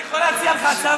אני רוצה להציע לך הצעה,